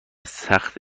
سختی